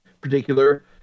particular